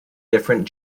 different